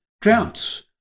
Droughts